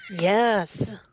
yes